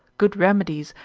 good remedies,